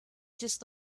just